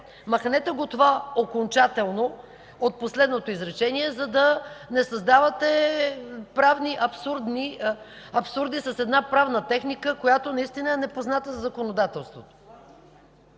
Махнете го това „окончателно” от последното изречение, за да не създавате правни абсурди с една правна техника, която наистина е непозната за законодателството.